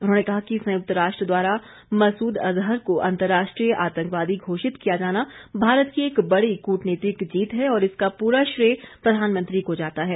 उन्होंने कहा कि संयुक्त राष्ट्र द्वारा मसूद अजहर को अंतर्राष्ट्रीय आतंकवादी घोषित किया जाना भारत की एक बड़ी कूटनीतिक जीत है और इसका पूरा श्रेय प्रधानमंत्री को जाता है